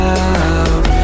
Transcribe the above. out